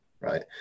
right